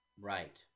right